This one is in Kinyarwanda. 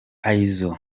izzo